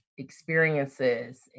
experiences